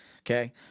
Okay